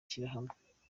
shyirahamwe